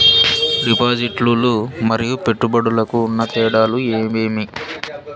డిపాజిట్లు లు మరియు పెట్టుబడులకు ఉన్న తేడాలు ఏమేమీ?